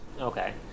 okay